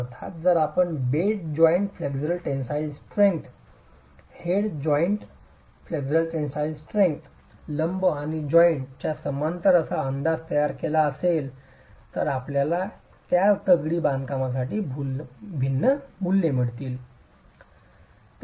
अर्थात जर आपण bed joint flexural tensile strength head joint flexural tensile strength लंब आणि जॉइंट च्या समांतर असा अंदाज तयार केला असेल तर आपल्याला त्याच दगडी बांधकामासाठी भिन्न मूल्ये मिळतील